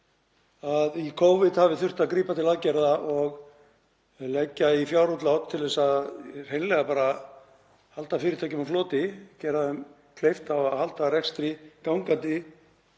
að í Covid hafi þurft að grípa til aðgerða og leggja í fjárútlát til að hreinlega halda fyrirtækjum á floti, gera þeim kleift að halda rekstri gangandi